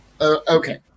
Okay